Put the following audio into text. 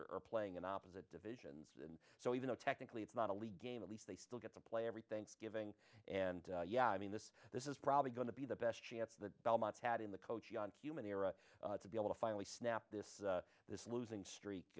teams are playing an opposite of it and so even though technically it's not a league game at least they still get to play every thanksgiving and yeah i mean this this is probably going to be the best chance the belmont had in the coach young human era to be able to finally snapped this this losing streak